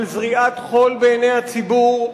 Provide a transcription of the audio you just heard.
של זריית חול בעיני הציבור,